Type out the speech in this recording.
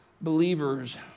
Believers